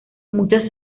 muchos